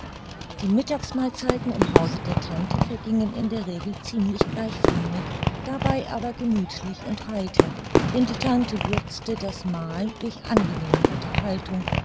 die mittagsmahlzeiten im hause der tante vergingen in der regel ziemlich gleichförmig dabei aber gemüthlich und heiter denn die tante würzte das mahl durch angenehme unterhaltung